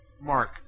mark